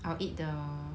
I will eat the